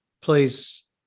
please